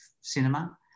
cinema